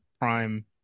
Prime